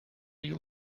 you